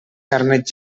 carnet